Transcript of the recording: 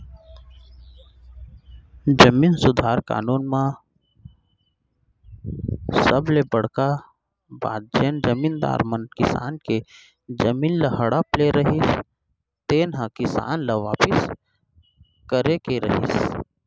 भूमि सुधार कानून म सबले बड़का बात जेन जमींदार मन किसान के जमीन ल हड़प ले रहिन तेन ह किसान ल वापिस करे के रहिस